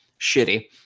shitty